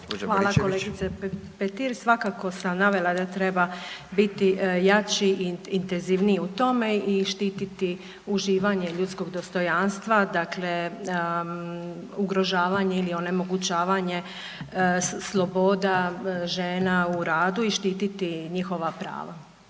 Hvala kolegice Petir. Svakako sam navela da treba biti jači i intenzivniji u tome i štititi uživanje ljudskog dostojanstva. Dakle, ugrožavanje ili onemogućavanje sloboda žena u radu i štititi njihova prava.